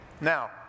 Now